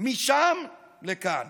משם לכאן.